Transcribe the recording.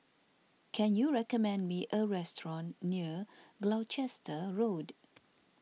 can you recommend me a restaurant near Gloucester Road